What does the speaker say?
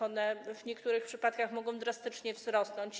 One w niektórych przypadkach mogą drastycznie wzrosnąć.